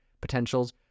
potentials